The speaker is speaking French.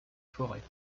forêts